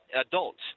adults